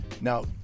now